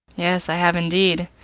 yes, i have indeed.